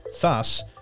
Thus